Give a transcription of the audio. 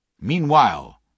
Meanwhile